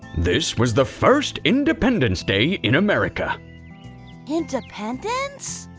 this was the first independence day in america independence?